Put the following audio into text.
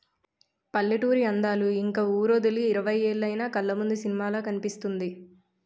పల్లెటూరి అందాలు ఇంక వూరొదిలి ఇరవై ఏలైన కళ్లముందు సినిమాలా కనిపిస్తుంది